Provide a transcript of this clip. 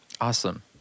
Awesome